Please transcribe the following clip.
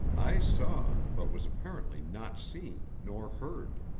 i saw, but was apparently not seen nor heard.